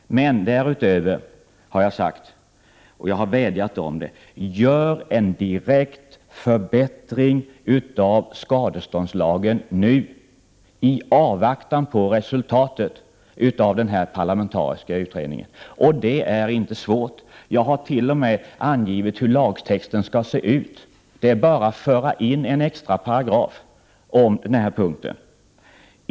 Därutöver har jag vädjat om att man nu direkt skall göra en förbättring av skadeståndslagen i avvaktan på resultatet av den parlamentariska utredningen. Det är inte svårt. Jag har t.o.m. angivit hur lagtexten skall se ut. Det är bara att föra in en extra paragraf rörande denna fråga.